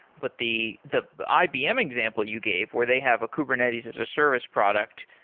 but the the ibm example you gave where they have a kubernetes as a service product,